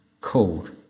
called